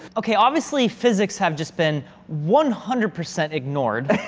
okay, obviously physics have just been one hundred percent ignored.